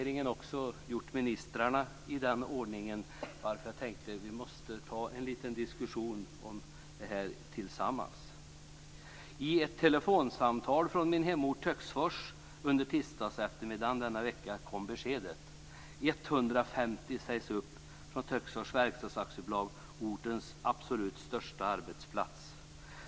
I ett telefonsamtal från min hemort Töcksfors under tisdagseftermiddagen denna vecka kom beskedet: AB, ortens absolut största arbetsplats.